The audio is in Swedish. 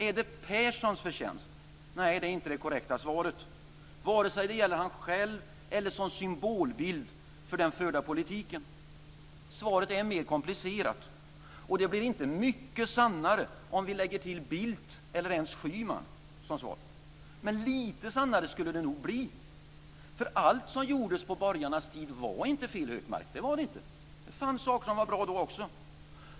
Är det Perssons förtjänst? Nej, det är inte det korrekta svaret - vare sig det gäller honom själv eller honom som symbolbild för den förda politiken. Svaret är mer komplicerat. Och det blir inte mycket sannare om vi lägger till Bildt eller ens Schyman som svar. Men lite sannare skulle det nog bli, för allt som gjordes på borgarnas tid var inte fel, Hökmark - det fanns saker som var bra då också.